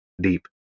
deep